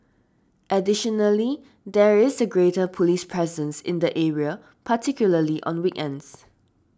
additionally there is a greater police presence in the area particularly on weekends